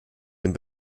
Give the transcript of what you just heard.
den